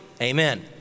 amen